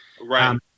Right